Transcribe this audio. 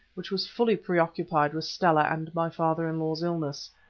which was fully preoccupied with stella and my father-in-law's illness.